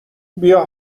بیا